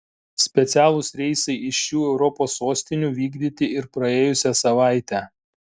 specialūs reisai iš šių europos sostinių vykdyti ir praėjusią savaitę